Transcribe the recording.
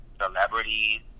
celebrities